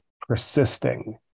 persisting